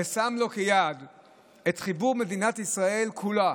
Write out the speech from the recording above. ושם לו כיעד את חיבור מדינת ישראל כולה,